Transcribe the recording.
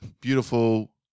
Beautiful